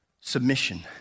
submission